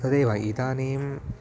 तदेव इदानीम्